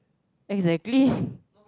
exactly